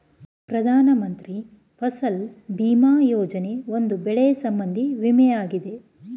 ಪ್ರಧಾನ ಮಂತ್ರಿ ಫಸಲ್ ಭೀಮಾ ಯೋಜನೆ, ಒಂದು ಬೆಳೆ ಸಂಬಂಧಿ ವಿಮೆಯಾಗಿದೆ